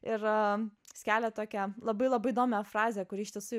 ir skelia tokią labai labai įdomią frazę kuri ištisų